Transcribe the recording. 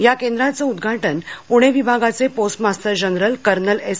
या केंद्राचं उदघाटन पुणे विभागाचे post master general colonel S